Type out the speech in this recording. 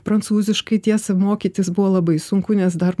prancūziškai tiesa mokytis buvo labai sunku nes dar